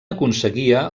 aconseguia